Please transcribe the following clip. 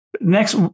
Next